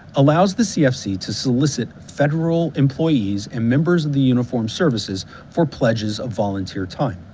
allows the cfc to solicit federal employees and members of the uniformed services for pledges of volunteer time.